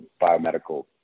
Biomedical